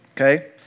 Okay